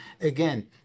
Again